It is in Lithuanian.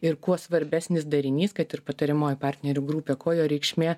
ir kuo svarbesnis darinys kad ir patariamoji partnerių grupė ko jo reikšmė